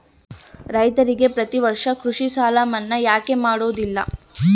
ರೈತರಿಗೆ ಪ್ರತಿ ವರ್ಷ ಕೃಷಿ ಸಾಲ ಮನ್ನಾ ಯಾಕೆ ಮಾಡೋದಿಲ್ಲ?